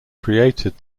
created